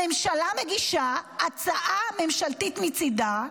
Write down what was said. הממשלה מגישה הצעה ממשלתית מצידה,